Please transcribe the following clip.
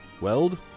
Weld